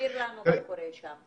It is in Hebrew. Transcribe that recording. גם לאזורים שאין בהם שירות בשגרה,